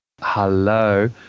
Hello